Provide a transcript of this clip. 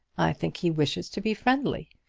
i think he wishes to be friendly.